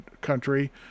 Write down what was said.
country